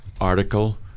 article